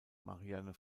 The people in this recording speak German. marianne